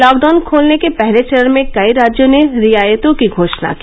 lockdown खोलने के पहले चरण में कई राज्यों ने रियायतों की घोषणा की